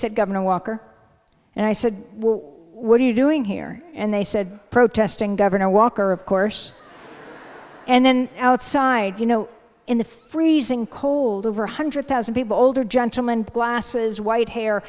said governor walker and i said what are you doing here and they said protesting governor walker of course and then outside you know in the freezing cold over one hundred thousand people older gentleman glasses white hair